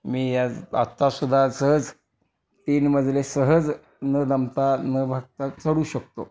मी या आत्तासुद्धा सहज तीन मजले सहज न दमता न भागता चढू शकतो